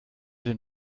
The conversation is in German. dem